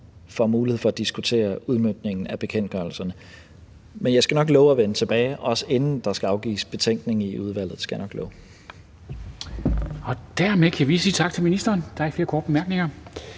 får mulighed for at diskutere udmøntningen af bekendtgørelserne. Men jeg skal nok love at vende tilbage, også inden der skal afgives betænkning i udvalget; det skal jeg nok love. Kl. 17:22 Formanden